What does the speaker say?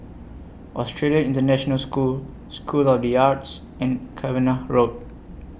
Australian International School School of The Arts and Cavenagh Road